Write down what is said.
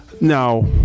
Now